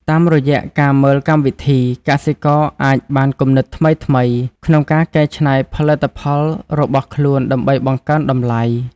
តាមរយៈការមើលកម្មវិធី កសិករអាចបានគំនិតថ្មីៗក្នុងការកែច្នៃកសិផលរបស់ខ្លួនដើម្បីបង្កើនតម្លៃ។